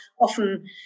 often